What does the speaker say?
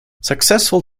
successful